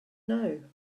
know